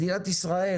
מדינת ישראל,